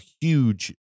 huge